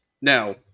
Now